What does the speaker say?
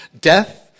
Death